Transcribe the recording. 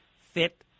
fit